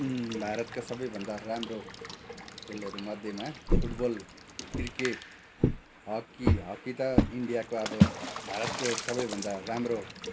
भारतका सबैभन्दा राम्रो खेलहरूमध्येमा फुटबल क्रिकेट हक्की हक्की त इन्डियाको अब भारतको सबैभन्दा राम्रो